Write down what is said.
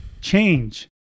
change